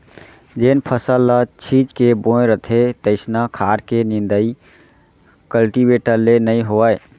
जेन फसल ल छीच के बोए रथें तइसना खार के निंदाइ कल्टीवेटर ले नइ होवय